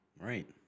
Right